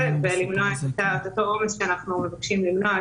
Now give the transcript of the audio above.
ולמנוע את העומס שאנחנו מבקשים למנוע,